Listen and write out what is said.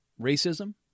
racism